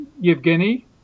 Yevgeny